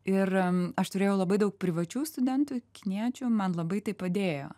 ir aš turėjau labai daug privačių studentų kiniečių man labai tai padėjo